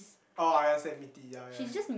oh I understand meaty ya ya